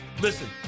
Listen